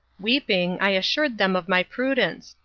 weeping, i assured them of my prudence,